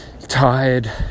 tired